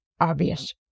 obvious